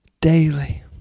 daily